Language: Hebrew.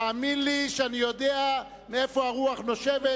תאמין לי שאני יודע מאיפה הרוח נושבת,